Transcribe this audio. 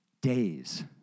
days